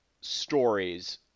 stories